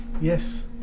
Yes